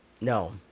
No